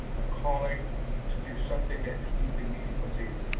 a calling to do something that is deeply meaningful to you.